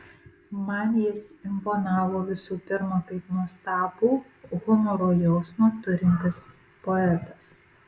man jis imponavo visų pirma kaip nuostabų humoro jausmą turintis poetas